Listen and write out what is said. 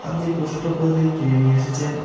আপনি পশুটা কোথা থেকে কিনে নিয়ে এসেছেন